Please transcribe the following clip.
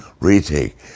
retake